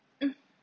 mm